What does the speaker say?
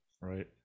Right